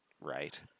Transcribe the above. right